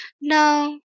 No